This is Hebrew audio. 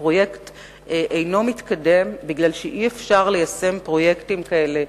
הפרויקט אינו מתקדם משום שבלתי אפשרי ליישם פרויקטים כאלה,